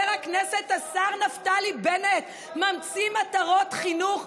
הכנסת השר נפתלי בנט ממציא מטרות חינוך,